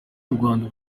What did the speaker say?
rwanda